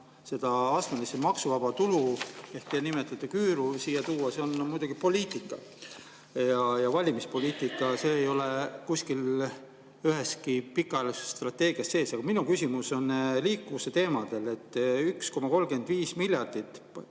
selle astmelise maksuvaba tulu, mida teie nimetate küüruks, siiatoomine on muidugi poliitika ja valimispoliitika. See ei ole kuskil, üheski pikaajalises strateegias sees. Aga minu küsimus on liikuvuse teemadel. 1,35 miljardit,